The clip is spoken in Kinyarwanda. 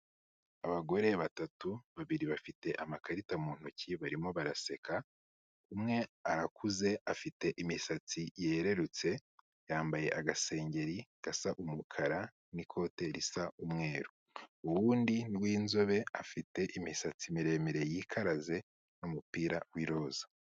Abagore batatu, babiri bafite amakarita mu ntoki barimo baraseka, umwe arakuze afite imisatsi yererutse, yambaye agasengeri gasa umukara n'ikote risa umweru, uw'undi w'inzobe afite imisatsi miremire yikaraze n'umupira w'iroza.